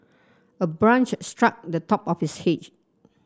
a branch struck the top of his hedge